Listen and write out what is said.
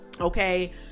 Okay